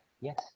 yes